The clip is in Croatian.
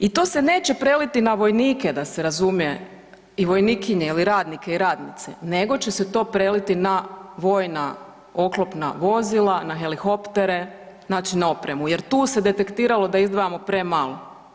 I to se neće preliti na vojnike da se razumije i vojnikinje ili radnike ili radnice nego će se to preliti na vojna oklopna vozila, na helihoptere, znači na opremu jer tu se detektiralo da izdvajamo premalo.